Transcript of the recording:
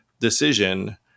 decision